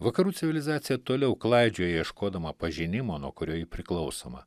vakarų civilizacija toliau klaidžioja ieškodama pažinimo nuo kurio ji priklausoma